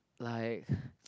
like